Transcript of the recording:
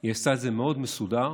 היא עשתה את זה מאוד מסודר,